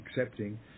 accepting